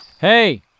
Hey